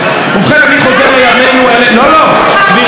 ובכן, אני חוזר לימינו אלה, לא, לא, גברתי.